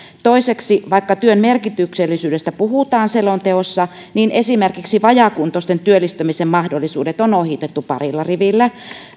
toiseksi vaikka työn merkityksellisyydestä puhutaan selonteossa niin esimerkiksi vajaakuntoisten työllistämisen mahdollisuudet on ohitettu parilla rivillä